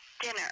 dinner